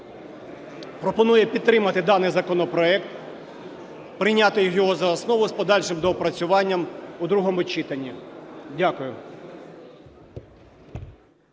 пропонує підтримати даний законопроект, прийняти його за основу з подальшим доопрацюванням у другому читанні. Дякую.